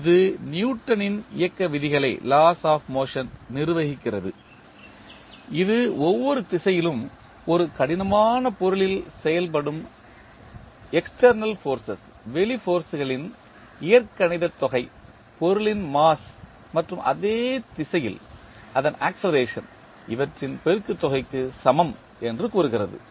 எனவே இது நியூட்டனின் இயக்க விதிகளை நிர்வகிக்கிறது இது ஒவ்வொரு திசையிலும் ஒரு கடினமான பொருளில் செயல்படும் வெளி ஃபோர்ஸ் களின் இயற்கணித தொகை பொருளின் மாஸ் மற்றும் அதே திசையில் அதன் ஆக்ஸெலரேஷன் இவற்றின் பெருக்கு தொகைக்கு சமம் என்று கூறுகிறது